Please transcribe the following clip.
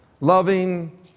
Loving